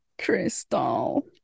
crystal